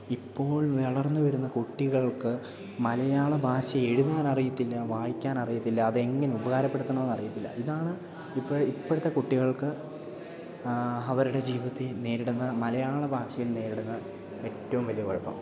ഇപ്പോൾ വളർന്നു വരുന്ന കുട്ടികൾക്ക് മലയാള ഭാഷ എഴുതാനറിയത്തില്ല വായിക്കാൻ അറിയത്തില്ല അതെങ്ങനെ ഉപകാരപ്പെടുത്തണമെന്നറിയത്തില്ല ഇതാണ് ഇപ്പോഴത്തെ കുട്ടികൾക്ക് അവരുടെ ജീവിത്തിൽ നേരിടുന്ന മലയാള ഭാഷയിൽ നേരിടുന്ന ഏറ്റവും വലിയ കുഴപ്പം